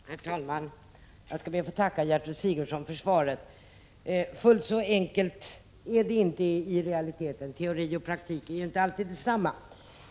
Herr talman! Jag skall be att få tacka Gertrud Sigurdsen för svaret. Fullt så här enkelt är det inte i realiteten. Teori och praktik är inte alltid detsamma.